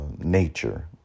nature